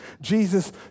Jesus